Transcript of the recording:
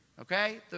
okay